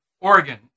Oregon